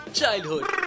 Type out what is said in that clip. childhood